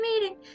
meeting